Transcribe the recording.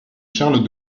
charles